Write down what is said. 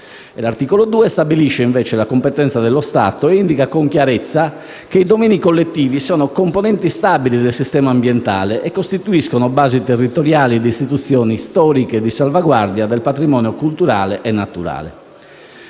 L'articolo 2 stabilisce invece la competenza dello Stato e indica con chiarezza che i domini collettivi sono componenti stabili del sistema ambientale e costituiscono base territoriale di istituzioni storiche di salvaguardia del patrimonio culturale e naturale.